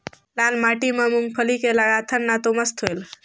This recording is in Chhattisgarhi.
लाल माटी म मुंगफली के लगाथन न तो मस्त होयल?